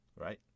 Right